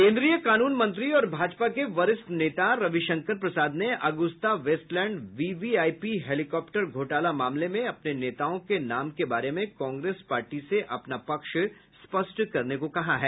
केन्द्रीय कानून मंत्री और भाजपा के वरिष्ठ नेता रविशंकर प्रसाद ने अगुस्ता वेस्टलैंड वीवीआईपी हैलीकॉप्टर घोटाला मामले में अपने नेताओं के नाम के बारे में कांग्रेस पार्टी से अपना पक्ष स्पष्ट करने को कहा है